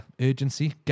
urgency